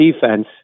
defense